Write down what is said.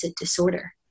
disorder